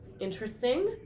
Interesting